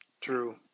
True